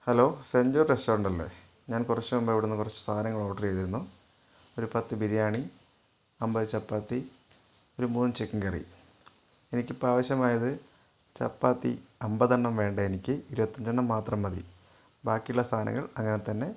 hello century restaurant അല്ലെ ഞാൻ കുറച്ചുമുമ്പ് ഇവിടെനിന്ന് കുറച്ച് സാധനങ്ങൾ ഓർഡർ ചെയ്തിരുന്നു ഒരു പത്ത് ബിരിയാണി അമ്പത് ചപ്പാത്തി ഒരു മൂന്ന് ചിക്കൻ കറി എനിക്കിപ്പോൾ ആവശ്യമായത് ചപ്പാത്തി അമ്പതെണ്ണം വേണ്ട എനിക്ക് ഇരുപത്തഞ്ച് എണ്ണം മാത്രം മതി ബാക്കിയുള്ള സാധനങ്ങൾ അങ്ങനെ തന്നെ